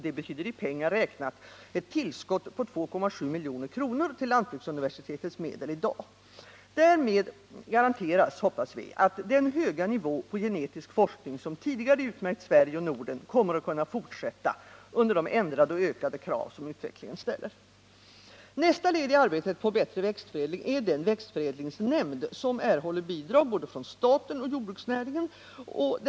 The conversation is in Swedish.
Det betyder i pengar räknat ett tillskott på 2,7 milj.kr. tilllantbruksuniversitetets medel i dag. Därmed garanteras, hoppas vi, att den höga nivå på genetisk forskning som tidigare har utmärkt Sverige och Norden kommer att kunna fortsätta under de ändrade och ökade krav som utvecklingen ställer. Nästa led i arbetet på bättre växtförädling är den växtförädlingsnämnd som erhåller bidrag från både staten och jordbruksnäringen.